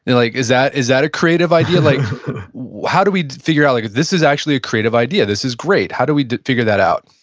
like is that is that a creative idea? like how do we figure out, like, this is actually a creative idea, this is great. how do we figure that out?